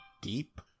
deep